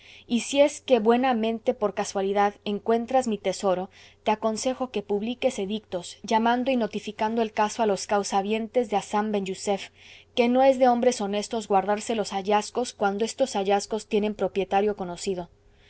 y si es que buenamente por casualidad encuentras mi tesoro te aconsejo que publiques edictos llamando y notificando el caso a los causa habientes de hassan ben jussef que no es de hombres honestos guardarse los hallazgos cuando estos hallazgos tienen propietario conocido